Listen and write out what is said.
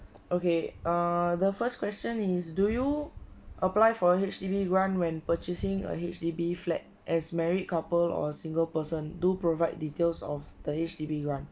okay err the first question is do you apply for H_D_B run when purchasing a H_D_B flat as married couple or single person do provide details of the H_D_B run